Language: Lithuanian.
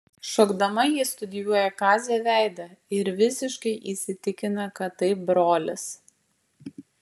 šokdama ji studijuoja kazio veidą ir visiškai įsitikina kad tai brolis